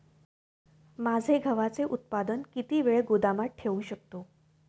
माझे गव्हाचे उत्पादन किती वेळ गोदामात ठेवू शकतो?